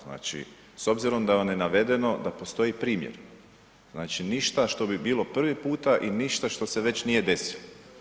Znači s obzirom da vam je navedeno da postoji primjer, znači ništa što bi bilo prvi puta i ništa što se već nije desilo.